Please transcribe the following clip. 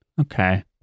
Okay